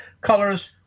colors